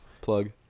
plug